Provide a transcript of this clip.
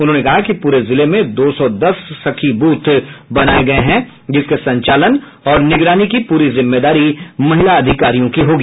उन्होंने कहा कि पूरे जिले में दो सौ दस सखी बूथ बनाये गये हैं जिसके संचालन और निगरानी की पूरी जिम्मेदारी महिला अधिकारियों की होगी